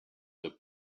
the